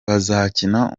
bazakina